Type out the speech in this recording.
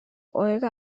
olga